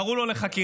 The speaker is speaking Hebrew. קראו לו לחקירה,